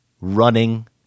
running